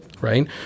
Right